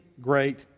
great